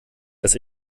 das